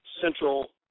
central